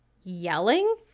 yelling